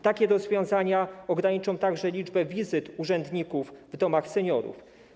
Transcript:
Takie rozwiązania ograniczą także liczbę wizyt urzędników w domach seniorów.